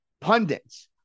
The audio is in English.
pundits